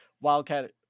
Wildcat